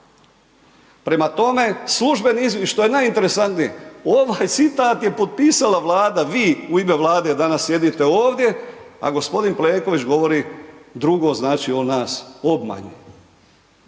Prema tome, služeni izvještaj, najinteresantnije, ovaj citat je potpisala Vlada, vi u ime Vlade danas sjedite ovdje, a g. Plenković, znači on nas obmanjuje.